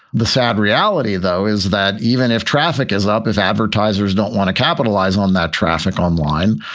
the sad reality, though, is that even if traffic is up as advertisers don't want to capitalize on that traffic online,